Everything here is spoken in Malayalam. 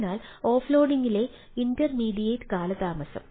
അതായത് ഓഫ്ലോഡിംഗിലെ ഇന്റർമീഡിയറ്റ് കാലതാമസം